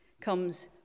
comes